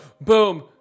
boom